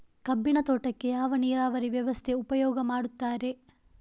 ಕಬ್ಬಿನ ತೋಟಕ್ಕೆ ಯಾವ ನೀರಾವರಿ ವ್ಯವಸ್ಥೆ ಉಪಯೋಗ ಮಾಡುತ್ತಾರೆ?